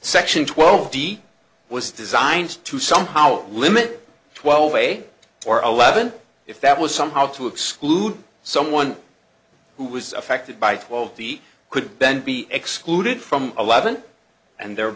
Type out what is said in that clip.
section twelve deep was designed to somehow limit twelve may or eleven if that was somehow to exclude someone who was affected by twelve he could bend be excluded from eleven and the